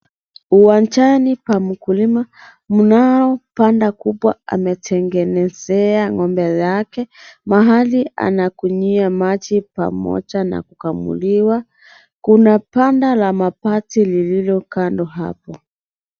Uwanjani pa mkulima, mnao banda kubwa ametengenezea ng'ombe zake mahali anakunywia maji pamoja na kukamuliwa, kuna banda la mabati lililo kando hapo.